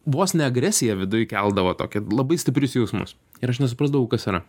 vos ne agresiją viduj keldavo tokią labai stiprius jausmus ir aš nesuprasdavau kas yra